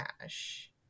cash